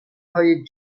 های